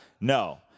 No